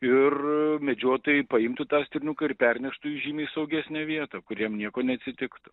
ir medžiotojai paimtų tą stirniuką ir perneštų į žymiai saugesnę vietą kur jiem nieko neatsitiktų